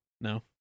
No